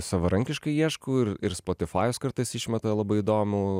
savarankiškai ieškau ir ir spotifajus kartais išmeta labai įdomų